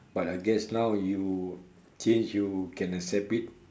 but I guess now you change you can accept it